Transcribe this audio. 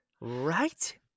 right